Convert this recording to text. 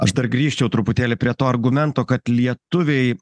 aš dar grįžčiau truputėlį prie to argumento kad lietuviai